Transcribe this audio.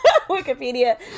Wikipedia